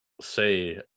say